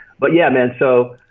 but yeah man, so,